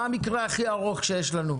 מה המקרה הכי ארוך שיש לנו?